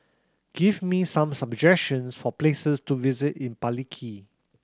give me some suggestions for places to visit in Palikir